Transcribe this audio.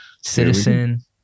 Citizen